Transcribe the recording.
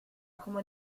como